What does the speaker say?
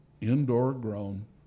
indoor-grown